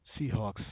Seahawks